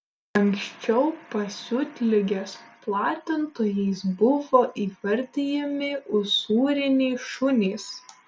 anksčiau pasiutligės platintojais buvo įvardijami usūriniai šunys